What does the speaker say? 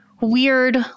Weird